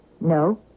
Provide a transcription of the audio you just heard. No